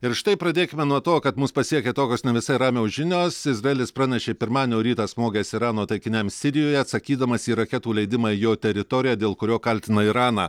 ir štai pradėkime nuo to kad mus pasiekė tokios ne visai ramios žinios izraelis pranešė pirmadienio rytą smogęs irano taikiniams sirijoje atsakydamas į raketų leidimą į jo teritoriją dėl kurio kaltina iraną